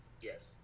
Yes